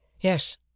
Yes